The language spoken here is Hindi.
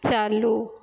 चालू